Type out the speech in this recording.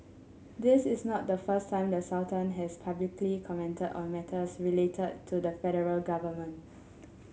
this is not the first time the Sultan has publicly commented on matters relate to the federal government